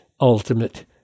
ultimate